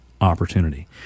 opportunity